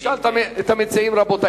נשאל את המציעים, רבותי.